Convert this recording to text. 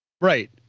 Right